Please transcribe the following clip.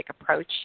Approach